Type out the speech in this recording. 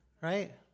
Right